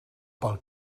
pel